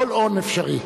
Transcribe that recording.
כל און אפשרי.